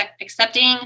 accepting